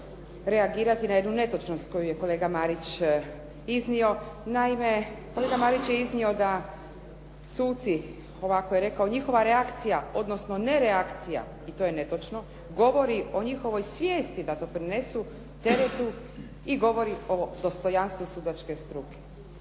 reagirati na jednu netočnost koju je kolega Marić iznio. Naime, kolega Marić je iznio da suci, ovako je rekao njihova reakcija, odnosno ne reakcija, i to je netočno, govori o njihovoj svijesti da doprinesu teretu i govori o dostojanstvu sudačke struke.